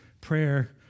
prayer